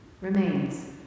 remains